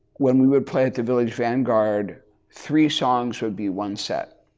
when we would play at the village vanguard three songs would be one set.